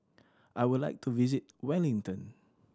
I would like to visit Wellington